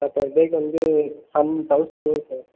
sir per டேவுக்கு வந்து thousand போகும் சார்